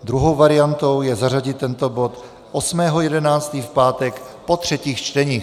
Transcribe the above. Druhou variantou je zařadit tento bod 8. 11. v pátek po třetích čteních.